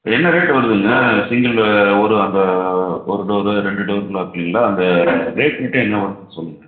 என்ன ரேட் வருதுங்க சிங்கிள்லு ஒரு அந்த ஒரு டோரு ரெண்டு டோருலாம் இருக்குங்கள்ல அந்த ரேட் மட்டும் என்ன வருதுன்னு சொல்லுங்கள்